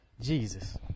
Jesus